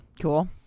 Cool